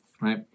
right